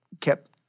kept